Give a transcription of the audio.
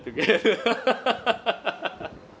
together